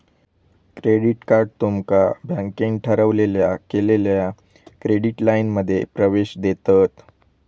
credit card तुमका बँकेन ठरवलेल्या केलेल्या क्रेडिट लाइनमध्ये प्रवेश देतत